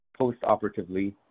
postoperatively